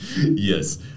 Yes